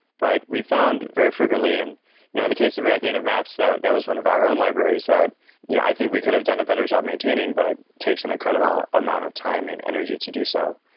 but we found very frequently and you know in the case of react native maps, that that was one of our own libraries that you know i think we could have done a better job maintaining, but takes an incredible amount of time and energy to do so,